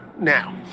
Now